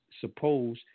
suppose